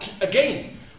again